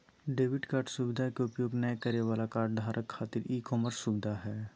debit card सुवधा के उपयोग नय करे वाला कार्डधारक खातिर ई कॉमर्स सुविधा हइ